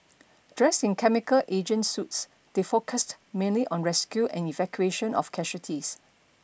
dressed in chemical agent suits they focused mainly on rescue and evacuation of casualties